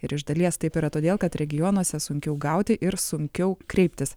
ir iš dalies taip yra todėl kad regionuose sunkiau gauti ir sunkiau kreiptis